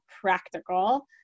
practical